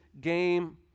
game